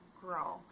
grow